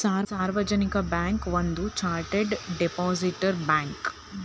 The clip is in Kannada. ಸಾರ್ವಜನಿಕ ಬ್ಯಾಂಕ್ ಒಂದ ಚಾರ್ಟರ್ಡ್ ಡಿಪಾಸಿಟರಿ ಬ್ಯಾಂಕ್